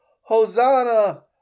Hosanna